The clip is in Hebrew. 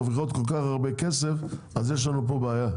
מרוויחות כל כך הרבה כסף אז יש לנו פה בעיה.